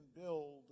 build